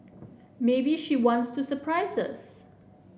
maybe she wants to surprise us